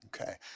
Okay